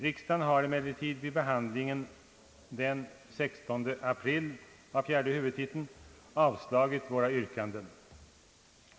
liksdagen har emellertid vid behandlingen den 16 april av fjärde huvudtiteln avslagit våra yrkanden.